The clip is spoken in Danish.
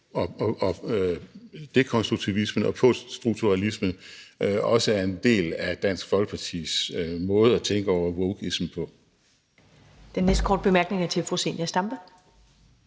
og dekonstruktivismen og poststrukturalismen også er en del af Dansk Folkepartis måde at tænke over wokeismen på. Kl. 20:46 Første næstformand (Karen